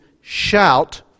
shout